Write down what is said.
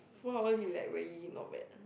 four hour is like really not bad